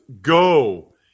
go